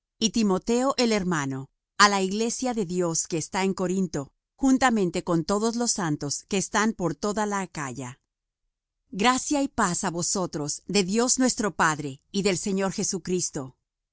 y timoteo el hermano á la iglesia de dios que está en corinto juntamente con todos los santos que están por toda la acaya gracia y paz á vosotros de dios nuestro padre y del señor jesucristo